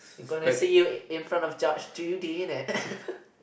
you gonna say you in front of judge did you it